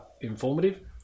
informative